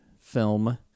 film